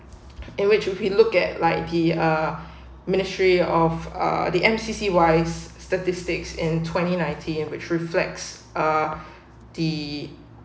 in which if you look at like be a ministry of uh the M_C_C_Y statistics in twenty ninety in which reflects uh the